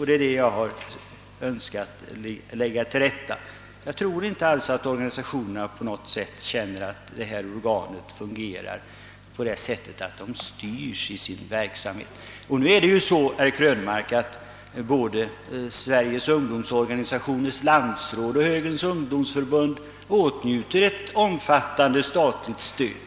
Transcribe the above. Det är detta jag önskat lägga till rätta. Jag tror inte alls att organisationerna på något sätt känner det så, att statens ungdomsråd styr deras verksamhet. Och både Sveriges ungdomsorganisationers landsråd och Högerns ungdomsförbund åtnjuter ju, herr Krönmark, ett omfattande statligt stöd.